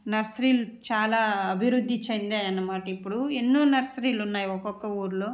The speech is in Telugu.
నర్సరీలు చాలా అభివృద్ధి చెందాయి అనమాట ఇప్పుడు ఎన్నో నర్సరీలు ఉన్నాయి ఒక్కొక్క ఊరిలో